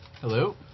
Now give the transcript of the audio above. hello